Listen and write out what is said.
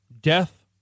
Death